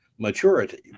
maturity